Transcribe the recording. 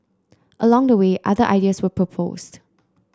along the way other ideas were proposed